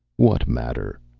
what matter?